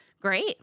great